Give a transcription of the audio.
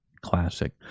Classic